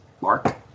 Mark